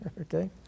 okay